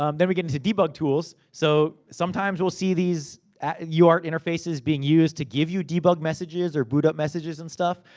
um then we get into debug tools. so, sometimes we'll see these uart interfaces being used to give you debug messages, or boot up messages, and stuff.